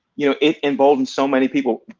you know, it emboldened so many people.